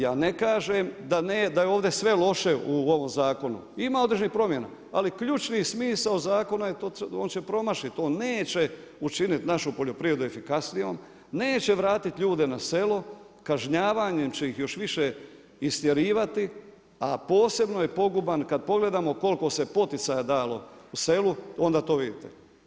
Ja ne kažem da je ovdje sve loše u ovom zakonu, ima određenih promjena ali ključni smisao zakona je, on će promašit, on neće učiniti našu poljoprivredu efikasnijom, neće vratit ljude na selo, kažnjavanjem će ih još više istjerivati a posebno je poguban kad pogledamo koliko se poticaja dalo selu, onda to vidite.